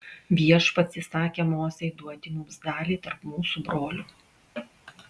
viešpats įsakė mozei duoti mums dalį tarp mūsų brolių